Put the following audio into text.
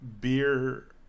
beer